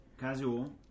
casual